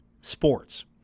sports